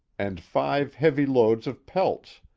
and five heavy loads of pelts.